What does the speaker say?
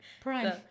price